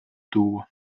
tuua